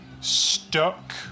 stuck